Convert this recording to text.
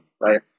right